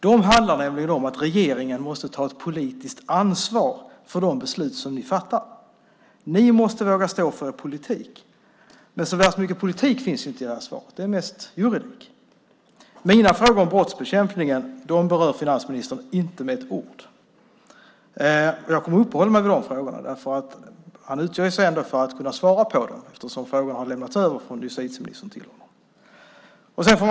De handlar nämligen om att regeringen måste ta ett politiskt ansvar för de beslut den fattar. Ni måste våga stå för er politik. Men så värst mycket politik finns inte i det här svaret. Det är mest juridik. Mina frågor om brottsbekämpningen berör finansministern inte med ett ord. Jag kommer att uppehålla mig vid de frågorna. Finansministern utger sig ändå för att kunna svara på dem, eftersom frågorna har lämnats över från justitieministern till honom.